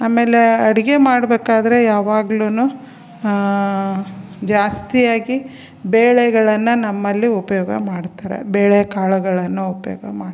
ಆಮೇಲೆ ಅಡುಗೆ ಮಾಡಬೇಕಾದ್ರೆ ಯಾವಾಗ್ಲೂನು ಜಾಸ್ತಿಯಾಗಿ ಬೇಳೆಗಳನ್ನು ನಮ್ಮಲ್ಲಿ ಉಪಯೋಗ ಮಾಡ್ತಾರೆ ಬೇಳೆ ಕಾಳುಗಳನ್ನು ಉಪಯೋಗ ಮಾಡ್ತಾರೆ